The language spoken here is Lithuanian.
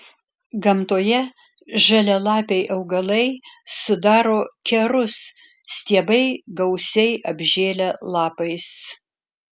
gamtoje žalialapiai augalai sudaro kerus stiebai gausiai apžėlę lapais